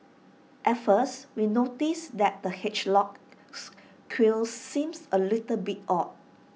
at first we noticed that the hedgehog's quills seemed A little bit odd